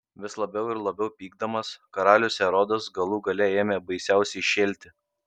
vis labiau ir labiau pykdamas karalius erodas galų gale ėmė baisiausiai šėlti